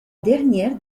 dernière